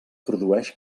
produeix